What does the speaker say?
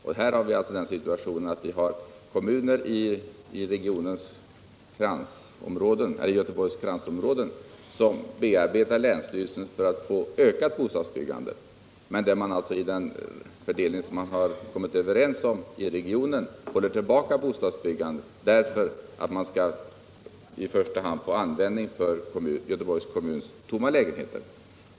Och här finns det kommuner inom Göteborgs kransområden som bearbetar länsstyrelsen för att få ett ökat bostadsbyggande, medan man i den fördelning man kommit överens om i regionen håller tillbaka bostadsbyggandet därför att man i första hand vill få användning för Göteborgs kommuns tomma lägenheter.